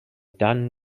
dan